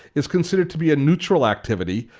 is considered to be a neutral activity.